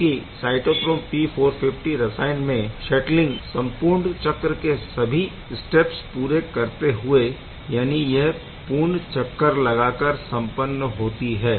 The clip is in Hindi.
जबकि साइटोक्रोम P450 रसायन में शटलिंग संपूर्ण चक्र के सभी स्टेप्स पूरे करते हुए यानि यह पूर्ण चक्कर लगाकर सम्पन्न होती है